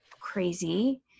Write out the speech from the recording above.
crazy